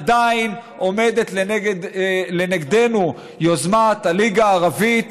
עדיין עומדת לנגדנו יוזמת הליגה הערבית